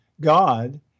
God